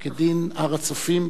זה לא היה צונאמי.